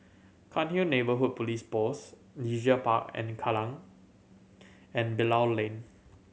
Cairnhill Neighbourhood Police Post Leisure Park and Kallang and Bilal Lane